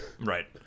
Right